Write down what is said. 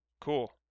Cool